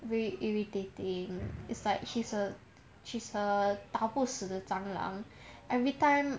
very irritating it's like he's a she's a 打不死的蟑螂 everytime